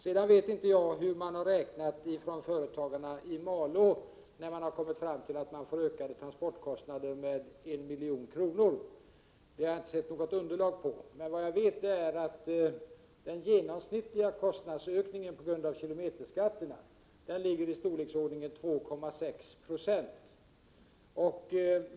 Jag vet inte hur företagarna i Malå har räknat, när de har kommit fram till att transportkostnaderna ökar med 1 milj.kr. Jag har inte sett något underlag för detta. Jag vet emellertid att den genomsnittliga kostnadsökningen på grund av kilometerskatten uppgår till ungefär 2,6 70.